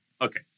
okay